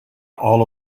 all